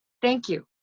thank you.